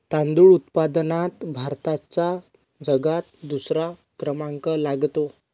तांदूळ उत्पादनात भारताचा जगात दुसरा क्रमांक लागतो